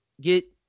get